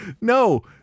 no